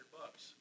bucks